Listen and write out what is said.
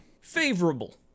favorable